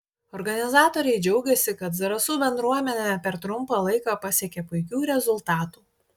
organizatoriai džiaugėsi kad zarasų bendruomenė per trumpą laiką pasiekė puikių rezultatų